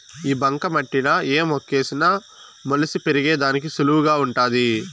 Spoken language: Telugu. ఈ బంక మట్టిలా ఏ మొక్కేసిన మొలిసి పెరిగేదానికి సులువుగా వుంటాది